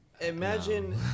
Imagine